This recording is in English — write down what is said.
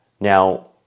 Now